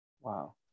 Wow